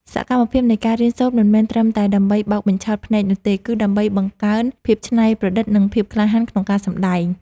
សកម្មភាពនៃការរៀនសូត្រមិនមែនត្រឹមតែដើម្បីបោកបញ្ឆោតភ្នែកនោះទេ គឺ ដើម្បីបង្កើនភាពច្នៃប្រឌិត និង ភាពក្លាហានក្នុងការសម្តែង។